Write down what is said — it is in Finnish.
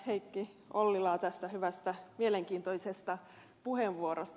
heikki ollilaa tästä hyvästä mielenkiintoisesta puheenvuorosta